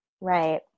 Right